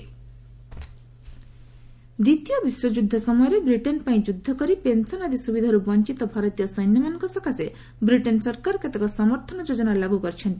UK Indian ଦ୍ଦିତୀୟ ବିଶ୍ୱ ଯୁଦ୍ଧ ସମୟରେ ବ୍ରିଟେନ୍ ପାଇଁ ଯୁଦ୍ଧ କରି ପେନ୍ସନ୍ ଆଦି ସୁବିଧାରୁ ବଞ୍ଚିତ ଭାରତୀୟ ସୈନ୍ୟମାନଙ୍କ ସକାଶେ ବିଟେନ୍ ସରକାର କେତେକ ସମର୍ଥନ ଯୋଜନା ଲାଗୁ କରିଛନ୍ତି